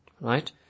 Right